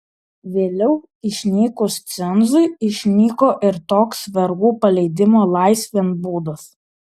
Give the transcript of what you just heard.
vėliau išnykus cenzui išnyko ir toks vergų paleidimo laisvėn būdas